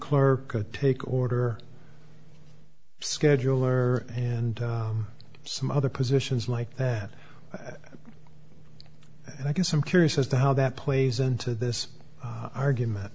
could take order scheduler and some other positions like that and i guess i'm curious as to how that plays into this argument